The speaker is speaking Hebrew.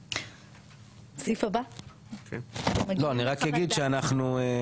אני רק יגיד שאנחנו.